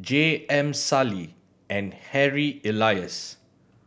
J M Sali and Harry Elias